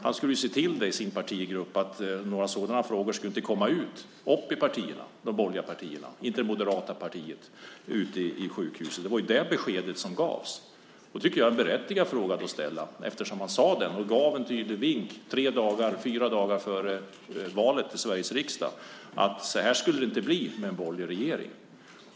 Han skulle se till i sin partigrupp att några sådana frågor inte kommer upp i de borgerliga partierna eller hos Moderaterna. Det var det beskedet som gavs. Då tycker jag att det här var en berättigad fråga att ställa. Han sade det och gav en tydlig vink tre dagar före valet till riksdagen att så skulle det inte bli med en borgerlig regering.